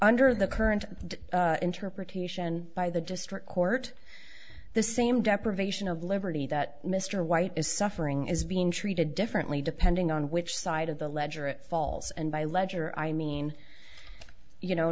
under the current interpretation by the district court the same deprivation of liberty that mr white is suffering is being treated differently depending on which side of the ledger it falls and by ledger i mean you know